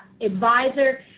advisor